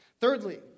Thirdly